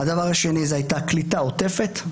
דבר שני, קליטה עוטפת.